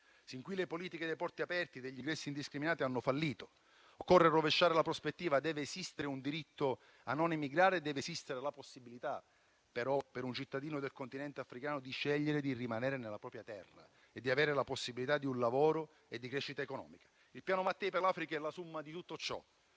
Sin qui le politiche dei porti aperti e degli ingressi indiscriminati hanno fallito. Occorre rovesciare la prospettiva, devono esistere un diritto a non emigrare, ma anche la possibilità per un cittadino del Continente africano di scegliere di rimanere nella propria terra e di avere un lavoro e una crescita economica. Il piano Mattei per l'Africa è la *summa* di tutto ciò: